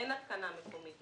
אין התקנה מקומית.